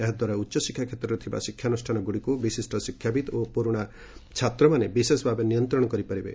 ଏହା ଦ୍ୱାରା ଉଚ୍ଚଶିକ୍ଷା କ୍ଷେତ୍ରରେ ଥିବା ଶିକ୍ଷାନୁଷ୍ଠାନଗୁଡ଼ିକ ବିଶିଷ୍ଟ ଶିକ୍ଷାବିତ୍ ଏବଂ ପୁରୁଣା ଛାତ୍ରମାନଙ୍କୁ ବିଶେଷ ଭାବେ ନିୟନ୍ତ୍ରଣ କରିପାରିବେ